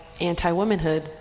anti-womanhood